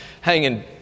hanging